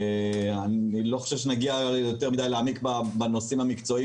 לא נגיע להעמיק בנושאים המקצועיים